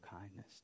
kindness